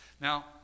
Now